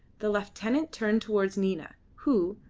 the lieutenant turned towards nina, who,